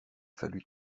fallut